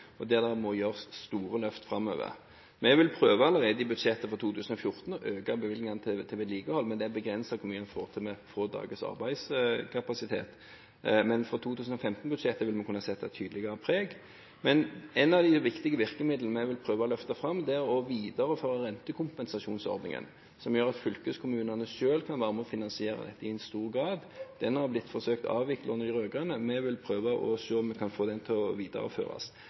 vedlikeholdsetterslep, der det må gjøres store løft framover. Vi vil prøve allerede i budsjettet for 2014 å øke bevilgningene til vedlikehold, men det er begrenset hvor mye man får til med få dagers arbeidskapasitet. Men fra 2015-budsjettet vil vi kunne sette et tydeligere preg. Et av de viktige virkemidlene jeg vil prøve å løfte fram, er å videreføre rentekompensasjonsordningen, som gjør at fylkeskommunene selv kan være med på å finansiere dette i stor grad. Den har blitt forsøkt avviklet under de rød-grønne. Vi vil prøve å se på om den kan videreføres. Så er jeg veldig glad for at vi